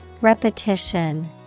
Repetition